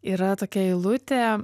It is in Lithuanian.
yra tokia eilutė